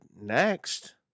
next